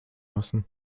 lassen